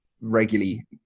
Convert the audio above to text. regularly